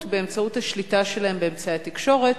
באמצעות השליטה שלהם באמצעי התקשורת?